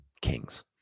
kings